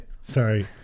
sorry